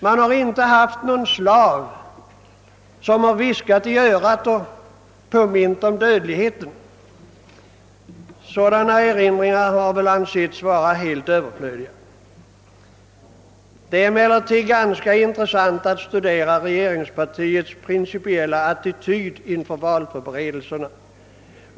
Man har inte haft någon slav som viskat i örat och påmint om dödligheten; sådana erinringar har väl ansetts helt överflödiga. Det är emellertid ganska intressant att studera regeringspartiets principiella attityd inför valförberedelserna.